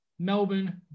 Melbourne